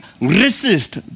resist